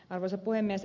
arvoisa puhemies